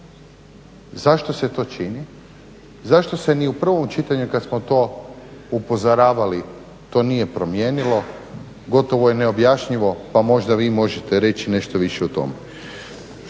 Zašto se to čini? Zašto se ni u prvom čitanju kad smo to upozoravali to nije promijenilo gotovo je neobjašnjivo pa možda vi možete reći nešto više o tome.